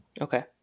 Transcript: Okay